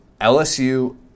LSU